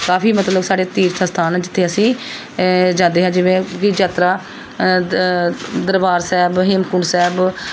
ਕਾਫੀ ਮਤਲਬ ਸਾਡੇ ਤੀਰਥ ਅਸਥਾਨ ਹੈ ਜਿੱਥੇ ਅਸੀਂ ਜਾਂਦੇ ਹਾਂ ਜਿਵੇਂ ਕਿ ਯਾਤਰਾ ਦਰਬਾਰ ਸਾਹਿਬ ਹੇਮਕੁੰਟ ਸਾਹਿਬ